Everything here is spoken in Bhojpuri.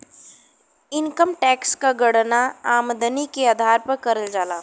इनकम टैक्स क गणना आमदनी के आधार पर करल जाला